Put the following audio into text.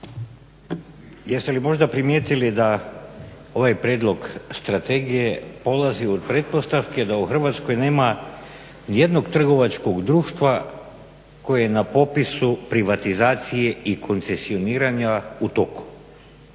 jeste li možda primijetili da ovaj prijedlog strategije polazi od pretpostavke da u Hrvatskoj nema nijednog trgovačkog društva koje na popisu privatizacije i koncesioniranja u toku?